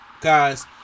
Guys